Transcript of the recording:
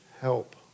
help